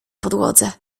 podłodze